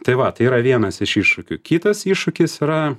tai va tai yra vienas iš iššūkių kitas iššūkis yra